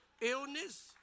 illness